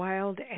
Wild